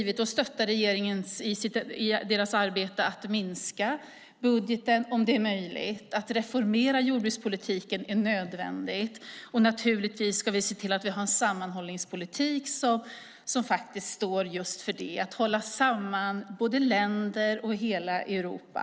Vi stöttar regeringen i dess arbete med att minska budgeten om det är möjligt. Att reformera jordbrukspolitiken är nödvändigt, och naturligtvis ska vi se till att vi har en sammanhållningspolitik som faktiskt står just för att hålla samman både länder och hela Europa.